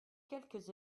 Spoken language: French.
quelques